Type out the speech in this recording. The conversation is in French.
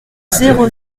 zéro